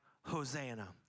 Hosanna